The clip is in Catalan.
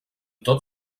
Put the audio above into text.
tot